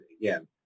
again